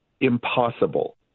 impossible